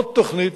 עוד תוכנית,